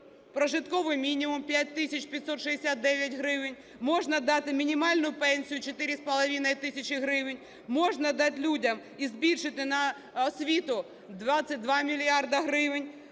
прожитковий мінімум – 5 тисяч 569 гривень, можна дати мінімальну пенсію – 4,5 тисячі гривень. Можна дати людям і збільшити на освіту 22 мільярди гривень.